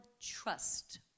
trust